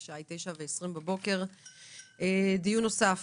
הנושא הוא דיון נוסף